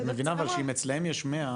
את מבינה אבל שאם אצלם יש 100,